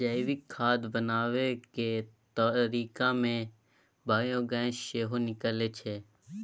जैविक खाद बनाबै केर तरीका मे बायोगैस सेहो निकलै छै